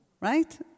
right